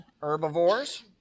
herbivores